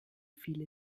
viele